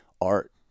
art